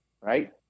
Right